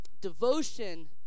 devotion